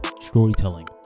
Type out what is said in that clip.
storytelling